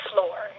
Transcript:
Floor